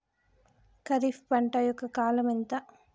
ఖరీఫ్ పంట యొక్క కాలం ఎంత?